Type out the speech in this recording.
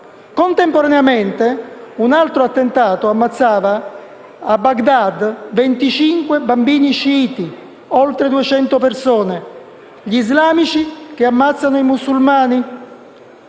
Contemporaneamente, un altro attentato ammazzava a Bagdad 25 bambini sciiti e oltre 200 persone. Islamici che ammazzano musulmani.